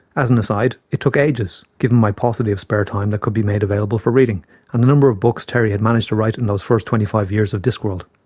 as an aside, it took ages, given my paucity of spare time that could be made available for reading and the number of books terry had managed to write in those first twenty-five years of discworld.